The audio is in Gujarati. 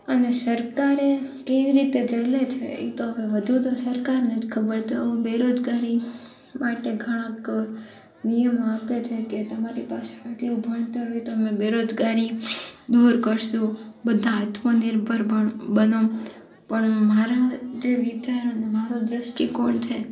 અને સરકારે કેવી રીતે ઝીલે છે એતો હવે વધુ તો સરકારને જ ખબર તો બેરોજગારી માટે ઘણાં નિયમો આપે છે કે તમારી પાસે કેટલું ભણતર હોય તમે બેરોજગારી દૂર કરશું બધા આત્મનિર્ભર ભ બનો પણ મારા જે વિચાર મારો દ્રષ્ટિકોણ છે